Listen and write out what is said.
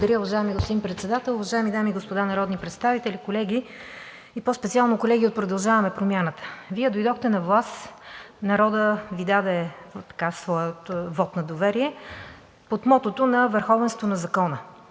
Благодаря, уважаеми господин Председател. Уважаеми дами и господа народни представители, колеги, и по-специално колеги от „Продължаваме Промяната“, Вие дойдохте на власт, народът Ви даде своя вот на доверие под мотото „Върховенство на закона“.